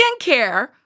skincare